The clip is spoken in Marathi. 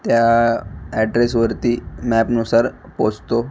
त्या ॲड्रेसवरती मॅपनुसार पोचतो